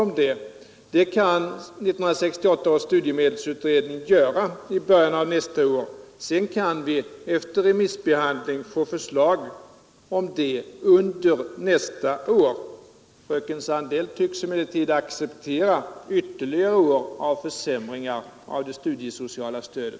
Den frågan kan 1968 års studiemedels utredning studera i början av nästa år. Sedan kan vi efter remissbehand ling få ett förslag om värdesäkringssystem under nästa år. Fröken Sandell tycks emellertid acceptera ytterligare år av försämringar av det studiesociala stödet.